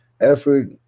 effort